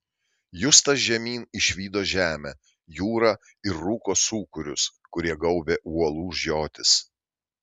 justas žemyn išvydo žemę jūrą ir rūko sūkurius kurie gaubė uolų žiotis